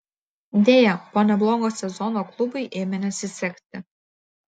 deja po neblogo sezono klubui ėmė nesisekti